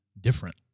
different